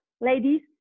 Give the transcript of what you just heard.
Ladies